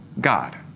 God